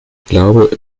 glaube